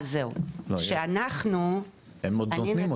אני אסביר,